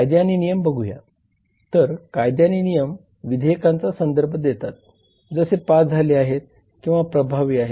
कायदे आणि नियम बघूया तर कायदे आणि नियम विधेयकांचा संदर्भ देतात जे पास झाले आहेत किंवा प्रभावी आहेत